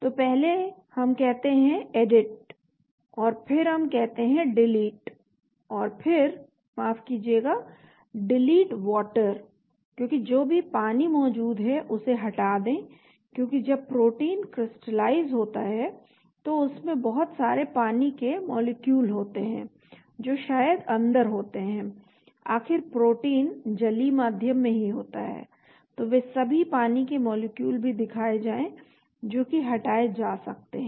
तो पहले हम कहते हैं एडिट और फिर हम कहते हैं डिलीट और फिर माफ कीजिएगा डिलीट वाटर क्योंकि जो भी पानी मौजूद है उसे हटा दें क्योंकि जब प्रोटीन क्रिस्टलआईज होता है तो उसमें बहुत सारे पानी के मॉलिक्यूल होते हैं जो शायद अंदर होते हैं आखिर प्रोटीन जलीय माध्यम में ही होता है तो वे सभी पानी के मॉलिक्यूल भी दिखाए जाएं जो की हटाए जा सकते हैं